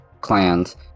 clans